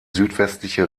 südwestliche